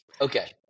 Okay